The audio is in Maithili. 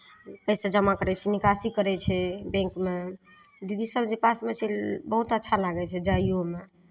पैसे जमा करै छै निकासी करै छै बैंकमे दीदी सभ जे पासमे छै बहुत अच्छा लागै छै जाइओ मे